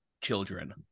children